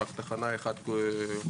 רק תחנה אחת חוזקה.